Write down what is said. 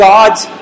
God's